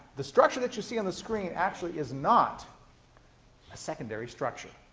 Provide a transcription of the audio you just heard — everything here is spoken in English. the structure that you see on the screen actually is not a secondary structure.